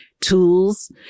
tools